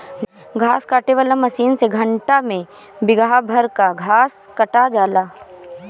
घास काटे वाला मशीन से घंटा में बिगहा भर कअ घास कटा जाला